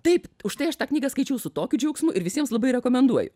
taip užtai aš tą knygą skaičiau su tokiu džiaugsmu ir visiems labai rekomenduoju